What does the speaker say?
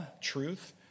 truth